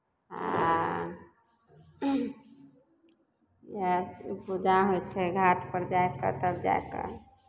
आ इएह पूजा होइ छै घाटपर जाए कऽ तब जा कऽ